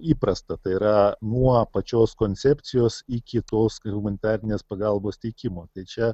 įprasta tai yra nuo pačios koncepcijos iki tos humanitarinės pagalbos teikimo tai čia